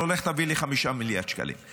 לך תביא לי 5 מיליארד שקלים.